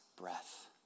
breath